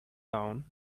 down